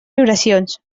vibracions